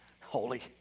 Holy